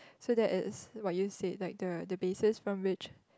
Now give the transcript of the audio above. so that is what you said like the the basis from which